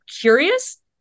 curious